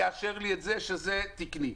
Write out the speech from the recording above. יאשר לי שזה תקני?